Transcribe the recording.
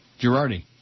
Girardi